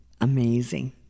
Amazing